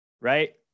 Right